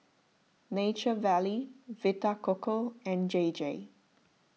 Nature Valley Vita Coco and J J